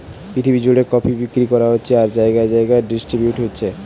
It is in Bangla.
পৃথিবী জুড়ে কফি বিক্রি করা হচ্ছে আর জাগায় জাগায় ডিস্ট্রিবিউট হচ্ছে